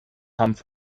hanf